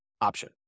option